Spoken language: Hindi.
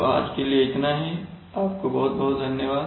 तो आज के लिए इतना ही आपको बहुत बहुत धन्यवाद